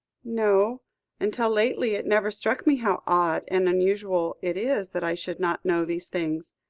no until lately it never struck me how odd and unusual it is that i should not know these things.